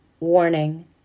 Warning